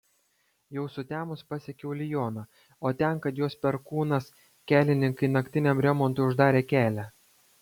jau sutemus pasiekiau lioną o ten kad juos perkūnas kelininkai naktiniam remontui uždarė kelią